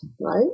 right